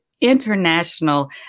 international